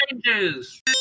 changes